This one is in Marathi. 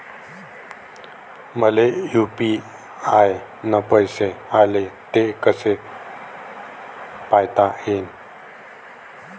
मले यू.पी.आय न पैसे आले, ते कसे पायता येईन?